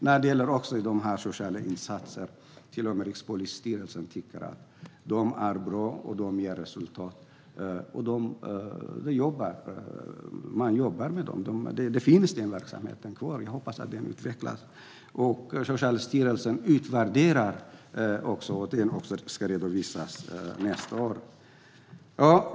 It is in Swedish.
När det gäller sociala insatser tycker till och med Rikspolisstyrelsen att de är bra och ger resultat. Man jobbar med dem. Denna verksamhet finns kvar, och jag hoppas att den utvecklas. Socialstyrelsen gör också en utvärdering som ska redovisas nästa år.